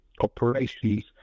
operations